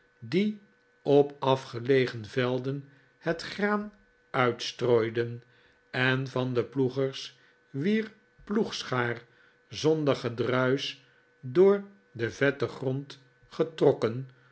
die op afgelegen velden het graan uitstrooiden en van de ploegers wier ploegschaar zonder gedruisch door den vetten grond getrokken